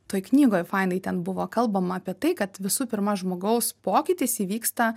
toj knygoj fainai ten buvo kalbama apie tai kad visų pirma žmogaus pokytis įvyksta